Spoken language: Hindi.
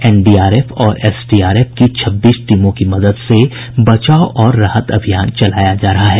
एनडीआरएफ और एसडीआरएफ की छब्बीस टीमों की मदद से बचाव और राहत अभियान चलाया जा रहा है